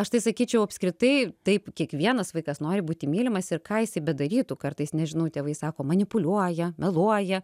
aš tai sakyčiau apskritai taip kiekvienas vaikas nori būti mylimas ir ką jisai bedarytų kartais nežinau tėvai sako manipuliuoja meluoja